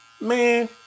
Man